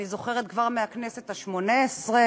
אני זוכרת כבר מהכנסת השמונה-עשרה,